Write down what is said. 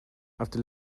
after